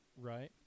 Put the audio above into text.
right